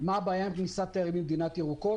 מה הבעיה עם כניסת תיירים ממדינות ירוקות,